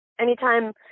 anytime